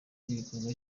n’igikorwa